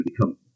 become